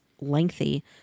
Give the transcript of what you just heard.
lengthy